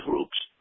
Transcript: Groups